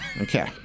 Okay